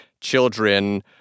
children